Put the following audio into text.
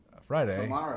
Friday